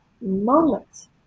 moments